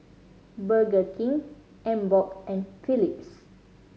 Burger King Emborg and Philips